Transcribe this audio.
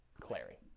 Clary